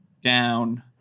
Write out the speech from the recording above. down